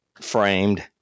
framed